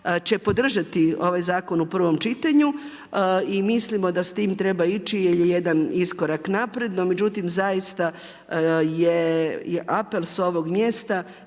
će podržati ovaj zakon u prvom čitanju, i mislimo da s tim treba ići jer je dan iskorak naprijed, no međutim zaista je apel s ovog mjesta,